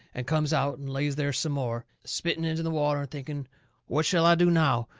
and comes out and lays there some more, spitting into the water and thinking what shall i do now,